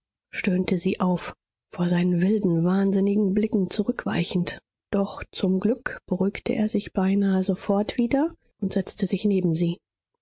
stöhnte sie auf vor seinen wilden wahnsinnigen blicken zurückweichend doch zum glück beruhigte er sich beinahe sofort wieder und setzte sich neben sie